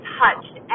touched